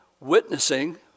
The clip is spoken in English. witnessing